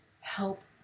help